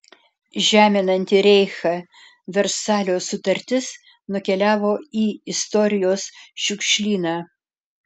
žeminanti reichą versalio sutartis nukeliavo į istorijos šiukšlyną